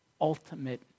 ultimate